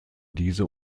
diese